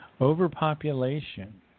Overpopulation